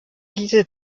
diese